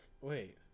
wait